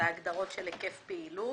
להגדרות של היקף פעילות.